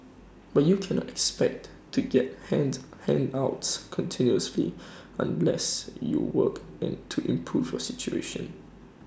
but you cannot expect to get hands handouts continuously unless you work and to improve your situation